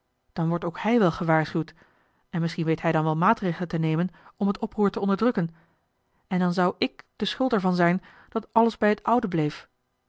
dan wordt ook hij wel gewaarschuwd en misschien weet hij dan wel maatregelen te nemen om het oproer te onderdrukken en dan zou ik de schuld er van zijn dat alles bij het oude bleef